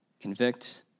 convict